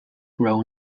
grow